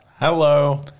Hello